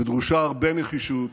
ודרושה הרבה נחישות.